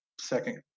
second